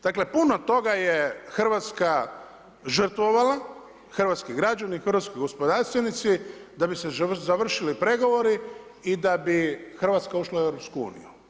Dakle, puno toga je Hrvatska žrtvovala, hrvatski građani, hrvatski gospodarstvenici da bi se završili pregovori i da bi Hrvatska ušla u Europsku uniju.